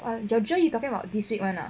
uh georgia you talking about this week [one] ah